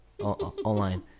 online